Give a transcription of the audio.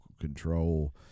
control